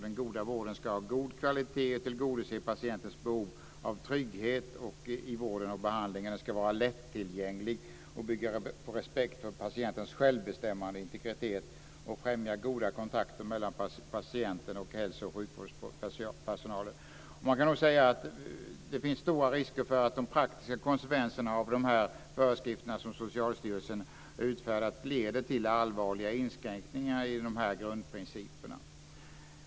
Den goda vården ska ha god kvalitet, tillgodose patientens behov av trygghet i vården eller behandlingen, vara lättillgänglig och bygga på respekt för patientens självbestämmande och integritet samt främja goda kontakter mellan patienter och hälso och sjukvårdspersonal. Man kan nog säga att risken är stor att de praktiska konsekvenserna av de föreskrifter som Socialstyrelsen utfärdat leder till allvarliga inskränkningar i de här grundprinciperna.